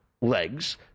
legs